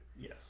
Yes